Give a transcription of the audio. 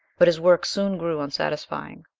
but his work soon grew unsatisfying.